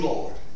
Lord